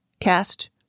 cast